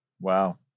Wow